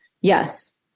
yes